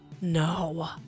No